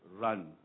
run